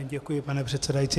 Děkuji, pane předsedající.